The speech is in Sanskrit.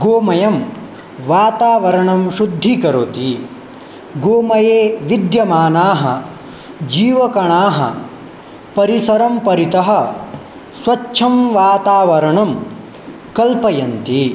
गोमयं वातावरणं शुद्धीकरोति गोमये विद्यमानाः जीवकणाः परिसरं परितः स्वच्छं वातावरणं कल्पयन्ति